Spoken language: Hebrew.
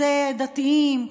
זה דתיים,